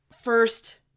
first